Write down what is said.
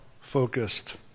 Focused